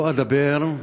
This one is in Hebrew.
לא אדבר,